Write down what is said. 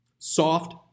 soft